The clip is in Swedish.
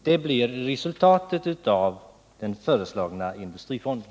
Det blir resultatet av den föreslagna industrifonden.